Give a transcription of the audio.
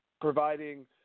providing